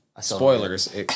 spoilers